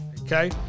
okay